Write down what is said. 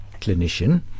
clinician